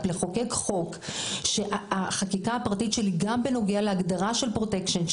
לחוקק חוק שהחקיקה הפרטית שלי גם בנוגע להגדרה של פרוטקשן,